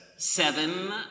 Seven